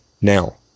now